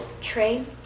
Train